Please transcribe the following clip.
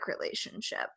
relationship